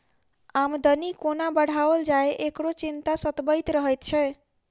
आमदनी कोना बढ़ाओल जाय, एकरो चिंता सतबैत रहैत छै